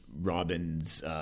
Robin's